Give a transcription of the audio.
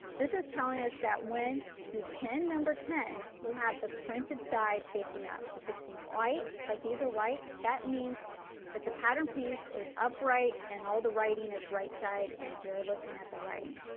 this is telling us that when you pin number ten, you have the printed side facing up. if it's white, like these are white, that means that the pattern piece is upright and all the writing is right side and you are looking at the writing.